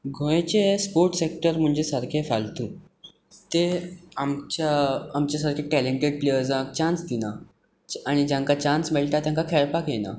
गोंयचें sports sector म्हणचें सारकें फालतू तें आमच्या आमचे सारके टॅलंटेड प्ल्येर्य्सांक चान्स दिना आनी जांकां चान्स मेळटा तांकां खेळपाक येना